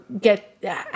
get